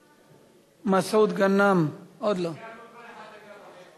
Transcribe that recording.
סיכמנו כל אחד דקה וחצי.